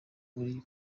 uri